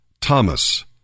Thomas